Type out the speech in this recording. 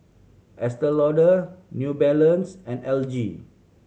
Estee Lauder New Balance and L G